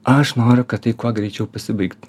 aš noriu kad tai kuo greičiau pasibaigtų